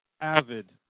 avid